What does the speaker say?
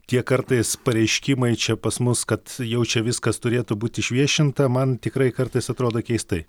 tie kartais pareiškimai čia pas mus kad jau čia viskas turėtų būt išviešinta man tikrai kartais atrodo keistai